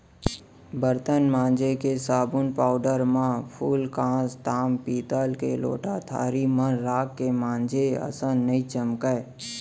बरतन मांजे के साबुन पाउडर म फूलकांस, ताम पीतल के लोटा थारी मन राख के मांजे असन नइ चमकय